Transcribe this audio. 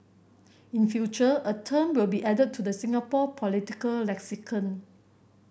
in future a term will be added to the Singapore political lexicon